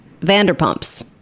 Vanderpumps